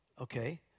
Okay